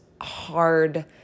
hard